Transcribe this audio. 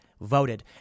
voted